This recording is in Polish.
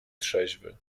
trzeźwy